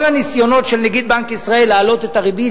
כל הניסיונות של נגיד בנק ישראל להעלות את הריבית,